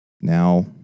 Now